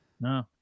No